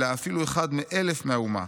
אלא אפילו אחד מ-1000 מהאומה.